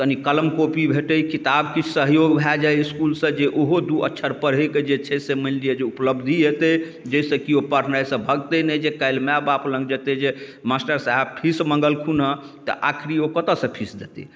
कनी कलम कॉपी भेटै किताब किछु सहयोग भऽ जाए जे इसकुलसँ जे ओहो दुइ अक्षर पढ़ैके जे छै से मानि लिअऽ जे उपलब्धि हेतै जाहिसँ केओ पढ़नाइसँ भागतै नहि जे काल्हि माइबापलग जेतै जे मास्टर साहेब फीस माँगलखुन हँ तऽ आखिर ओ कतऽसँ फीस देतै